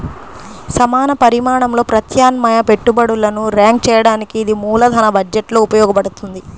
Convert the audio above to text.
సమాన పరిమాణంలో ప్రత్యామ్నాయ పెట్టుబడులను ర్యాంక్ చేయడానికి ఇది మూలధన బడ్జెట్లో ఉపయోగించబడుతుంది